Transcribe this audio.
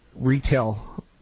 retail